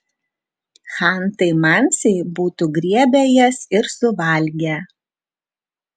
chantai mansiai būtų griebę jas ir suvalgę